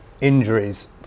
Injuries